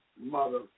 Mother